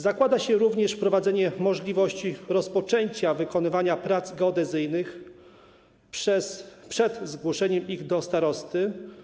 Zakłada się również wprowadzenie możliwości rozpoczęcia wykonywania prac geodezyjnych przed zgłoszeniem ich do starosty.